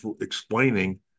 explaining